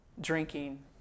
drinking